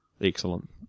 Excellent